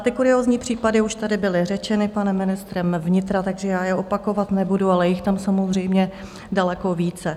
Ty kuriózní případy už tady byly řečeny panem ministrem vnitra, takže já je opakovat nebudu, ale je jich tam samozřejmě daleko více.